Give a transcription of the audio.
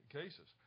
cases